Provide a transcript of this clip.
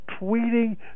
tweeting